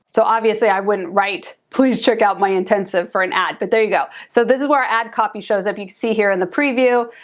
so obviously i wouldn't write, please check out my intensive for an ad. but there you go. so this is where our ad copy shows up, you can see here in the preview.